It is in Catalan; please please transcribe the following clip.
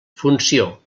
funció